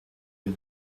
you